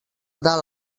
dalt